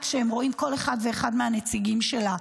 כשהיא רואה כל אחד ואחד מהנציגים שלה,